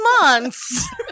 months